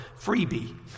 Freebie